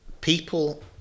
people